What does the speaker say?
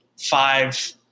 five